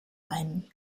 ein